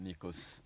Nikos